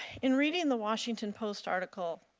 in reading the washington post article,